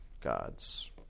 gods